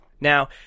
Now